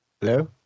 Hello